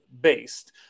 based